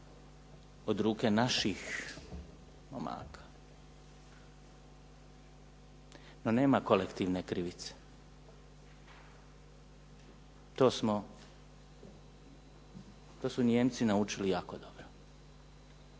od ruke naših momaka. No nema kolektivne krivice, to su Nijemci naučili jako dobro,